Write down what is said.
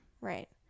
right